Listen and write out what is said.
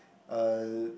uh